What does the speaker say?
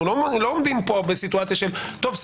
אנחנו לא עומדים פה בסיטואציה של: טוב,